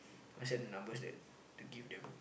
WhatsApp number that to give them